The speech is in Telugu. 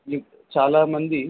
చాలా మంది